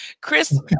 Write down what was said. Chris